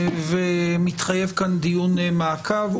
מתחייב כאן דיון מעקב.